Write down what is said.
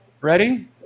Ready